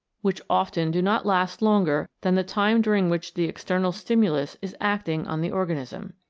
which often do not last longer than the time during which the external stimulus is acting on the organism.